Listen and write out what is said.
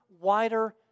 wider